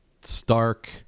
Stark